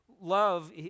love